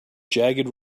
jagged